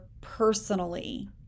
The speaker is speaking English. personally